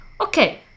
Okay